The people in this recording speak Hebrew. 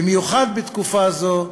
במיוחד בתקופה זו,